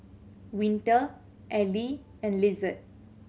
Winter Ally and Lizette